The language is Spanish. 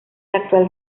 actual